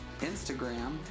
Instagram